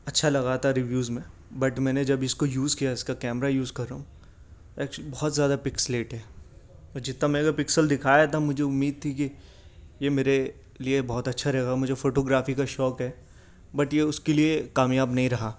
اچھا لگا تھا ریویوز میں بٹ میں نے جب اس کو یوز کیا اس کا کیمرہ یوز کر رہا ہوں اکچ بہت زیادہ پسکلیٹ ہے جتنا میگا پکسل دکھایا تھا مجھے امید تھی یہ میرے لیے بہت اچھا رہے گا مجھے فوٹو گرافی کا شوق ہے بٹ یہ اس کے لیے کامیاب نہیں رہا